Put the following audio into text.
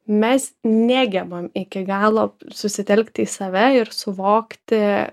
mes negebam iki galo susitelkti į save ir suvokti